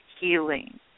healing